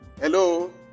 Hello